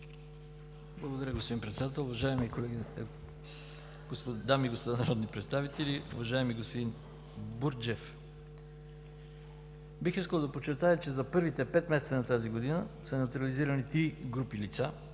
Благодаря, господин Председател. Уважаеми дами и господа народни представители! Уважаеми господин Бурджев, бих искал да подчертая, че за първите пет месеца на тази година са неутрализирани три групи от лица,